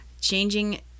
Changing